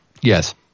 Yes